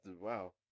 wow